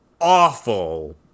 awful